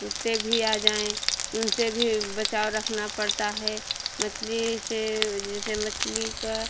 कुत्ते भी आ जाएँ उनसे भी बचाव रखना पड़ता है मछली से वो जैसे मछली का